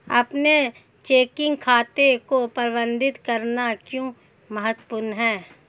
अपने चेकिंग खाते को प्रबंधित करना क्यों महत्वपूर्ण है?